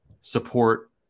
support